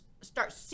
start